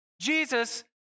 Jesus